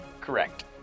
correct